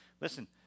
Listen